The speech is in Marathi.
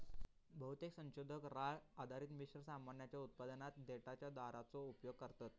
बहुतेक संशोधक राळ आधारित मिश्र सामानाच्या उत्पादनात देठाच्या दोराचो उपयोग करतत